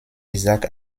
isaac